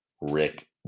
Rick